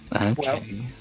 Okay